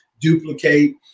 duplicate